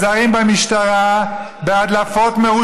נעזרים במשטרה, בהדלפות, השתגעת.